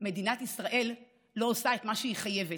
מדינת ישראל לא עושה את מה שהיא חייבת.